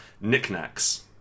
knickknacks